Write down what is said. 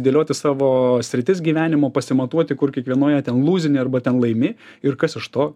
dėlioti savo sritis gyvenimo pasimatuoti kur kiekvienoje ten lūzini arba ten laimi ir kas iš to